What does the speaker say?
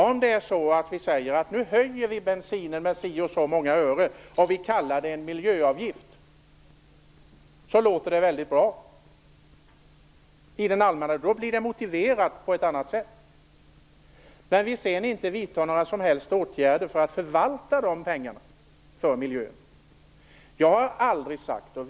Om vi höjer bensinpriset med ett visst antal ören och kallar det en miljöavgift, låter det väldigt bra och motiverat. Men om vi sedan inte vidtar några som helst åtgärder för att förvalta dessa pengar för miljön, är det inte bra.